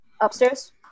Upstairs